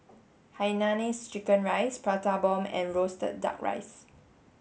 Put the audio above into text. Hainanese chicken rice Prata bomb and roasted duck rice